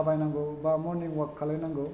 थाबायनांगौ बा मरनिं वाक खालायनांगौ